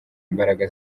imbaraga